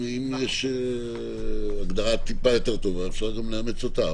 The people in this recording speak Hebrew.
אם יש הגדרה שהיא טיפה יותר טובה צריך לאמץ גם אותה.